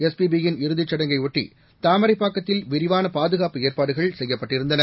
S P B யின் இறுதிசுடங்கையொட்டி தாமரைப்பாக்கத்தில் விரிவான பாதுகாப்பு ஏற்பாடுகள் செய்யப்பட்டிருந்தன